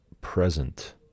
present